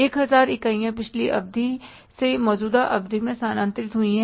1000 इकाइयां पिछली अवधि से मौजूदा अवधि में स्थानांतरित हुईं